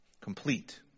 Complete